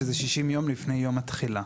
שזה 60 יום לפני יום התחילה.